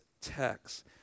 text